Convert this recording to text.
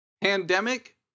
Pandemic